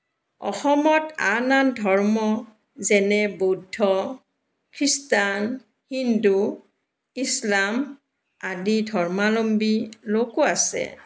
অসমত আন আন ধৰ্ম যেনে বৌদ্ধ খ্ৰীষ্টান হিন্দু ইছলাম আদি ধৰ্মাৱলম্বী লোকো আছে